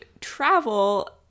travel